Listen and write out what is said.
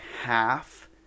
half